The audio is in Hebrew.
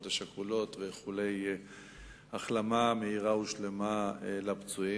השכולות ואיחולי החלמה מהירה ושלמה לפצועים.